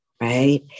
right